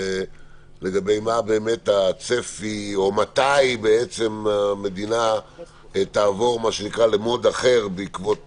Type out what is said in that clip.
לגבי מה הצפי או מתי המדינה תעבור ל-mode אחר בעקבות